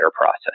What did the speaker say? process